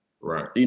Right